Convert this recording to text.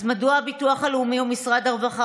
אז מדוע הביטוח הלאומי ומשרד הרווחה